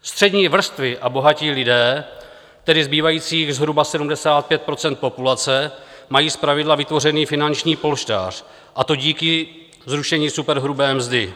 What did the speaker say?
Střední vrstvy a bohatí lidé, tedy zbývajících zhruba 75 % populace, mají zpravidla vytvořený finanční polštář, a to díky zrušení superhrubé mzdy.